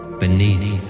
beneath